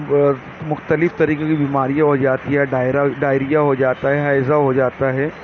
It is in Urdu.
مختلف طریقے کی بیماریاں ہو جاتی ہیں ڈائریا ہو جاتا ہے ہیضہ ہو جاتا ہے